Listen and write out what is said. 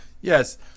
Yes